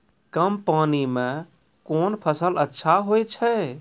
कम पानी म कोन फसल अच्छाहोय छै?